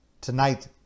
tonight